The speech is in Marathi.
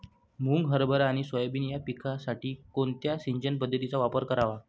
मुग, हरभरा आणि सोयाबीन या पिकासाठी कोणत्या सिंचन पद्धतीचा वापर करावा?